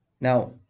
Now